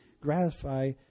gratify